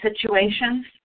situations